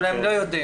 אולי הם לא יודעים.